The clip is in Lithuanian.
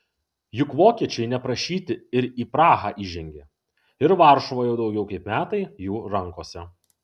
juk vokiečiai neprašyti ir į prahą įžengė ir varšuva jau daugiau kaip metai jų rankose